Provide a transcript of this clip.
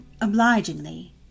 obligingly